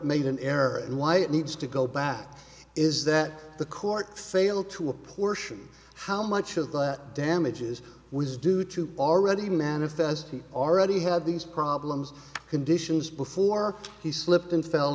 made an error and why it needs to go back is that the court failed to apportion how much of that damages was due to already manifest he already had these problems conditions before he slipped and fell